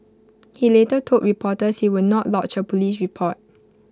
he later told reporters he would not lodge A Police report